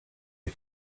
you